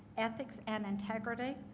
ethics and integrity,